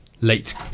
late